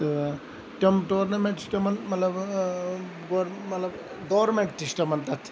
تہٕ تِم ٹورنَمنٹ چھِ تِمَن مَطلَب بہٕ ونہٕ مَطلَب گورمنٹ تہِ چھُ تِمَن تَتھ